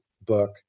book